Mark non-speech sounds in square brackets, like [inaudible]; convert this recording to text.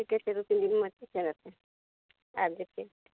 ठीके छै दू तीन दिनमे [unintelligible] आबि जेतै